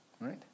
right